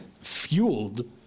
fueled